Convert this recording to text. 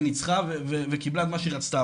ניצחה וקיבלה את מה שהיא רצתה,